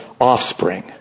offspring